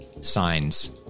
signs